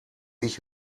ich